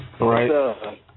Right